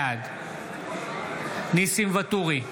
בעד ניסים ואטורי,